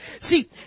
See